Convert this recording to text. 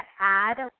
add